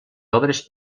obres